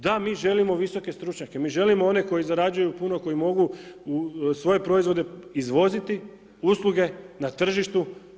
Da, mi želimo visoke stručnjake, mi želimo one koji zarađuju puno, koji mogu u svoje proizvode izvoziti usluge na tržištu.